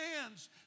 hands